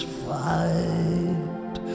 fight